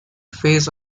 phase